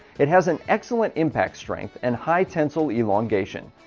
it has an excellent impact strength and high tensile elongation.